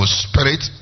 spirit